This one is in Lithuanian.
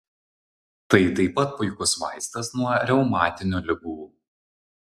tai taip pat puikus vaistas nuo reumatinių ligų